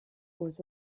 aux